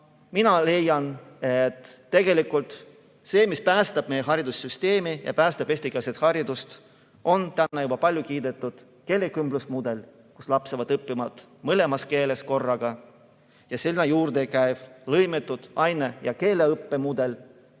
mina leian, et tegelikult see, mis päästab meie haridussüsteemi ja päästab eestikeelse hariduse, on täna juba palju kiidetud keelekümblusmudel. Lapsed õpivad mõlemas keeles korraga ja selle juurde käib lõimitud aine- ja keeleõppemudel,